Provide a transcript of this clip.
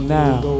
now